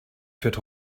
fährt